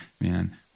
man